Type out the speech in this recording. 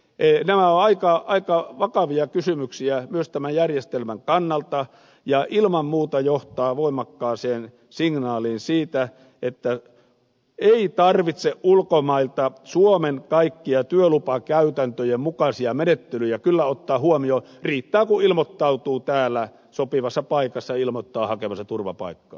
nämä ovat aika vakavia kysymyksiä myös tämän järjestelmän kannalta ja ilman muuta johtavat voimakkaaseen signaaliin että ei tarvitse ulkomailta tulevan suomen kaikkia työlupakäytäntöjen mukaisia menettelyjä kyllä ottaa huomioon riittää kun ilmoittautuu täällä sopivassa paikassa ja ilmoittaa hakevansa turvapaikkaa